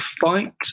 fight